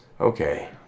Okay